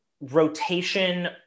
rotation